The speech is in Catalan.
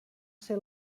ser